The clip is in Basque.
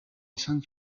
izan